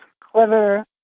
clever